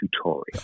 tutorial